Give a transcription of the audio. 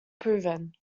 proven